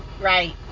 right